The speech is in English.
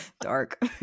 Dark